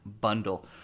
bundle